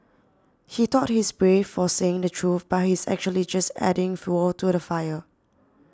he thought he's brave for saying the truth but he's actually just adding fuel to the fire